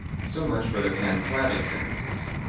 so much for the pan-slavic synthesis.